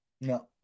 No